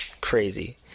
crazy